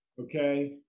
okay